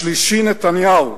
השלישי, נתניהו,